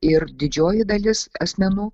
ir didžioji dalis asmenų